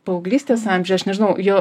paauglystės amžiuje aš nežinau jo